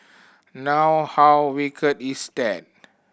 now how wicked is that